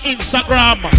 Instagram